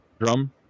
drum